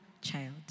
child